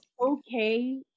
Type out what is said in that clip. okay